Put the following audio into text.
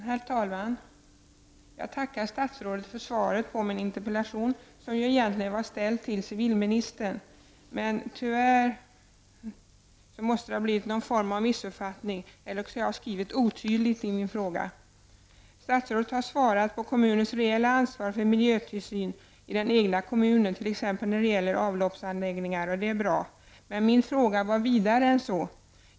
Herr talman! Jag tackar statsrådet för svaret på min interpellation som egentligen var ställd till civilministern, men tyvärr måste det ha blivit någon form av missuppfattning eller också har jag skrivit otydligt i min fråga. Statsrådet har svarat beträffande kommunernas reella ansvar för miljötillsyn ute i den egna kommunen, t.ex. när det gäller avloppsanläggningar. Det är bra. Min fråga var emellertid vidare än så.